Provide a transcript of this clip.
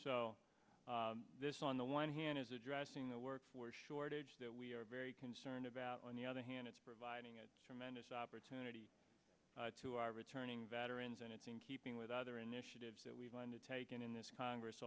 so this on the one hand is addressing the workforce shortage that we are very concerned about on the other hand it's providing a tremendous opportunity to our returning veterans and it's in keeping with other initiatives that we've undertaken in this congress